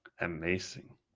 Amazing